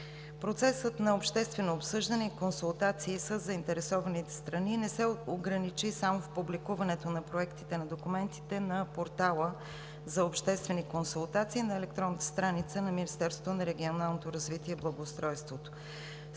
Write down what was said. Процесът на обществено обсъждане и консултации със заинтересованите страни не се ограничи само в публикуването на проектите на документите на портала за обществени консултации на електронната страница на Министерството на регионалното развитие и благоустройството.